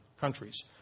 countries